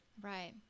Right